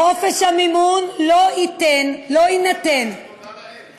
חופש המימון לא יינתן, שהוא לא בידייך, תודה לאל.